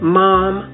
mom